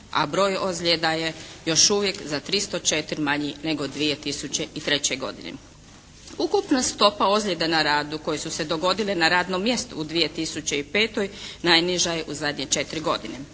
a broj ozljeda je još uvijek za 304 manji nego 2003. godine. Ukupna stopa ozljeda na radu koji su se dogodili na radnom mjestu u 2005. najniža je u zadnje četiri godine.